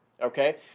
Okay